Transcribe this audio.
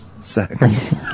sex